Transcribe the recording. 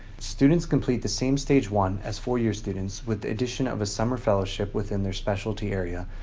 students complete the same stage one as four-year students with the addition of a summer fellowship within their specialty area,